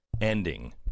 ending